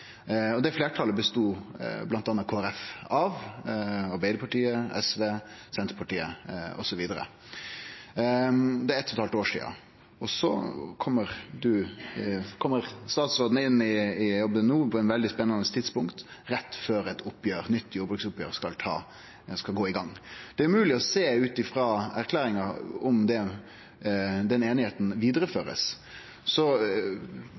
endring. Det fleirtalet bestod bl.a. av Kristeleg Folkeparti, Arbeidarpartiet, SV, Senterpartiet osv. Det er eit og eit halvt år sidan. Statsråden kjem inn i jobben no på eit veldig spennande tidspunkt, rett før eit nytt jordbruksoppgjer skal i gang. Det er umogleg å sjå ut frå erklæringa om den einigheita blir vidareført. Så